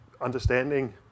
understanding